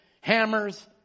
hammers